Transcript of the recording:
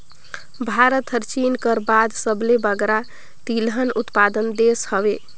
भारत हर चीन कर बाद सबले बगरा तिलहन उत्पादक देस हवे